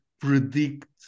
predict